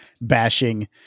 bashing